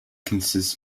consists